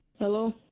Hello